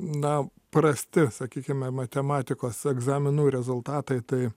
na prasti sakykime matematikos egzaminų rezultatai tai